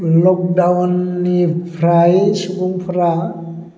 लकदाउननिफ्राय सुबुंफोरा